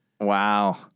Wow